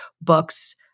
books